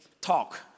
talk